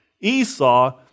Esau